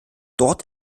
dort